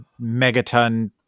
megaton